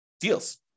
deals